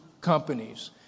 companies